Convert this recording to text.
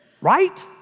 Right